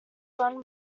run